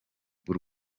bw’u